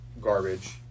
garbage